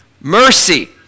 mercy